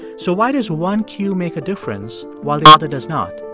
so why does one queue make a difference while the other does not?